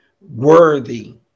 worthy